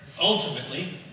ultimately